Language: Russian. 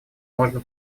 можно